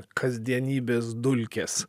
kasdienybės dulkės